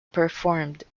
performed